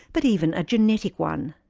but even a genetic one.